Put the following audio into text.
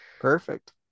Perfect